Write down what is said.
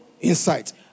Insight